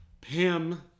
Pam